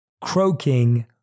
croaking